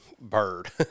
bird